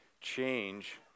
change